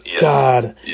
God